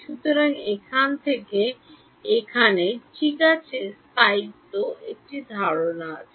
সুতরাং এখানে থেকে এখানে ঠিক আছে স্থায়িত্ব একটি ধারণা আছে